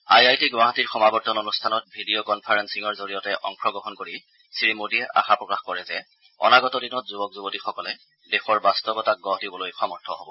I I T গুৱাহাটীৰ সমাৱৰ্তন অনুষ্ঠানত ভিডিঅ কনফাৰেন্সিঙৰ জৰিয়তে অংশগ্ৰহণ কৰি শ্ৰীমোদীয়ে আশা প্ৰকাশ কৰে যে অনাগত দিনত যুৱক যুৱতীসকলে দেশৰ বাস্তৱতাক গঢ় দিবলৈ সমৰ্থ হব